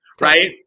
Right